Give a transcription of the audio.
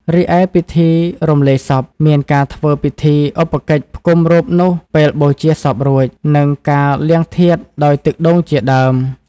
រិឯពិធីរំលាយសព មានការធ្វើពិធីឧបកិច្ចផ្តុំរូបនោះពេលបូជាសពរួច និងការលាងធាតុដោយទឹកដូងជាដើម។